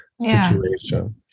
situation